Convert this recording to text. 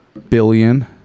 billion